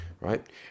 right